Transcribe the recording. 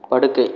படுக்கை